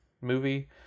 movie